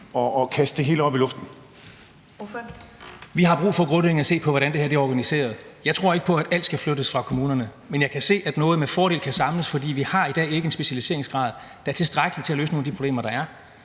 Henrik Vinther (RV): Vi har brug for grundlæggende at se på, hvordan det her er organiseret. Jeg tror ikke på, at alting skal flyttes væk fra kommunerne. Men jeg kan se, at noget i dag med fordel ville kunne samles, fordi vi i dag ikke har en specialiseringsgrad, der er tilstrækkelig til at løse nogle af de problemer, der er.